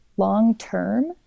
long-term